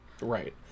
Right